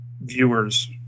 viewers